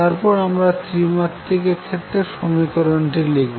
তারপর আমরা ত্রিমাত্রিক এর ক্ষেত্রে সমীকরণটি লিখব